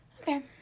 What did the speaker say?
Okay